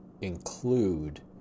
include